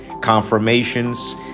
Confirmations